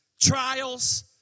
trials